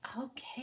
Okay